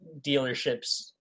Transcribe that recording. dealerships